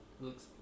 looks